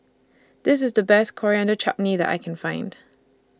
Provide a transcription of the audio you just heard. This IS The Best Coriander Chutney that I Can Find